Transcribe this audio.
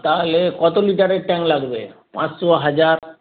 তাহলে কত লিটারের ট্যাংক লাগবে পাঁচশো হাজার